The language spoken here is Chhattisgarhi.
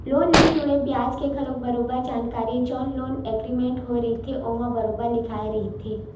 लोन ले जुड़े बियाज के घलो बरोबर जानकारी जउन लोन एग्रीमेंट होय रहिथे ओमा बरोबर लिखाए रहिथे